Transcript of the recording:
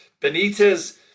Benitez